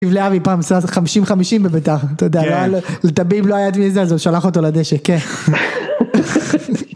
5050 בביתר אתה יודע לטביב לא היה את מי זה אז הוא שלח אותו לדשא.